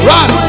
Run